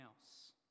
else